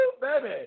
baby